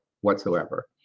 whatsoever